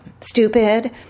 stupid